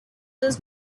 this